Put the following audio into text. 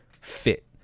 fit